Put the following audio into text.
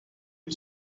you